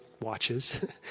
watches